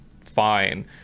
fine